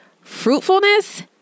fruitfulness